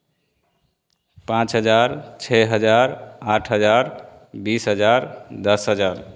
पाँच हज़ार छह हज़ार आठ हज़ार बीस हज़ार दस हज़ार